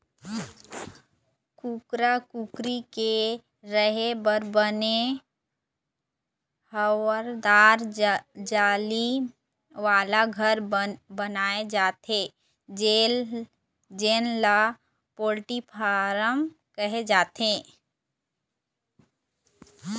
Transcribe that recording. कुकरा कुकरी के रेहे बर बने हवादार जाली वाला घर बनाए जाथे जेन ल पोल्टी फारम कहे जाथे